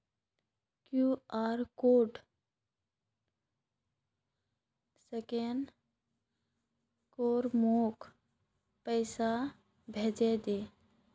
QR code scan करे मोक पैसा भेजे दे